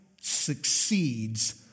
succeeds